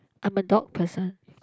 I'm a dog person